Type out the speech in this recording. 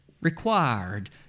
required